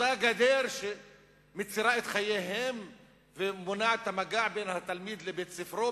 אותה גדר שמצרה את חייהם ומונעת את המגע בין התלמיד לבין בית-ספרו,